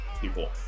people